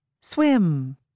Swim